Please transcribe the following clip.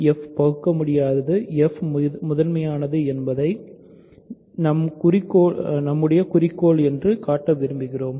f பகுக்கமுடியாதது f முதன்மையானது என்பது நம் குறிக்கோள் என்று காட்ட விரும்புகிறோம்